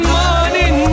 morning